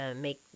make